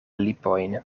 lipojn